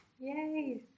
Yay